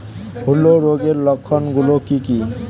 হূলো রোগের লক্ষণ গুলো কি কি?